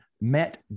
met